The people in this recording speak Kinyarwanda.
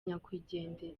nyakwigendera